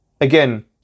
Again